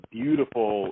beautiful